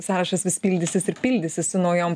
sąrašas vis pildysis ir pildysis su naujom